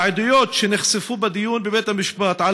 העדויות שנחשפו בדיון בבית המשפט על